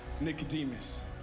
Nicodemus